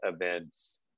events